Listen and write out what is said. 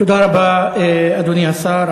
תודה רבה, אדוני השר.